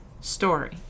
Story